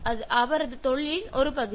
அது அவரது தொழிலின் ஒரு பகுதி